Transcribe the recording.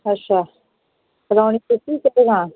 अच्छा कलोनी दिक्खी फ्ही कोई दकान